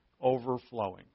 overflowing